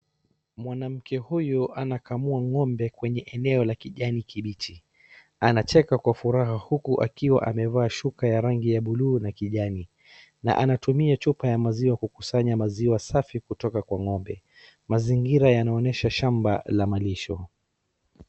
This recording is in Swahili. Mwanamke huyu anakamua ng'ombe kwenye eneo la kijani kibichi. Anacheka kwa furaha huku akiwa amevaa shuka ya rangi ya buluu na kijani, na anatumia chupa ya maziwa kukusanya maziwa safi kutoka kwa ng'ombe. Mazingira yanaonyesha shamba la malisho.